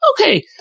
okay